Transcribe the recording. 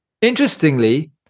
Interestingly